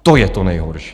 To je to nejhorší.